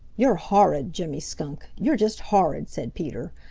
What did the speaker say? you're horrid, jimmy skunk. you're just horrid, said peter.